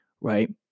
right